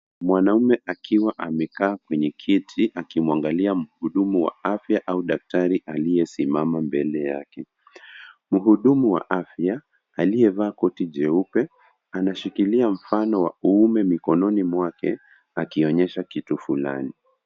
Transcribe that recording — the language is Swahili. Mwanamume akiwa amekaa kwenye kiti akimwangalia mhudumu wa afya au daktari aliyesimama mbele yake. Mhudumu wa afya, aliyevaa koti jeupe anashikilia mfano wa uume mikononi mwake akionyesha kitu fulani.